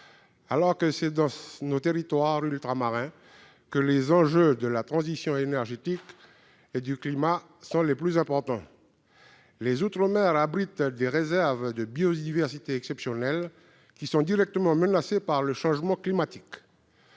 alors que c'est dans nos territoires que les enjeux de la transition énergétique et du climat sont les plus importants ! Les outre-mer abritent des réserves de biodiversité exceptionnelles, qui sont directement menacées par le changement climatique.